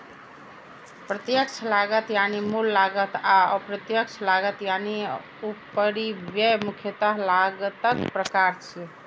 प्रत्यक्ष लागत यानी मूल लागत आ अप्रत्यक्ष लागत यानी उपरिव्यय मुख्यतः लागतक प्रकार छियै